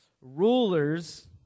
Rulers